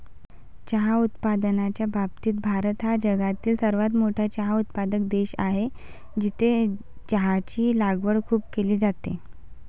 चहा उत्पादनाच्या बाबतीत भारत हा जगातील सर्वात मोठा चहा उत्पादक देश आहे, जिथे चहाची लागवड खूप केली जाते